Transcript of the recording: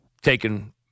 taken